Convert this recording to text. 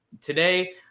today